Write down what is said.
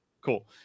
Cool